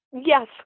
Yes